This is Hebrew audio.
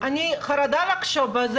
אני חרדה לחשוב על זה,